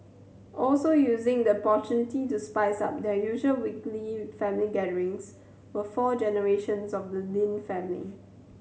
also using the opportunity to spice up their usual weekly family gatherings were four generations of the Lin family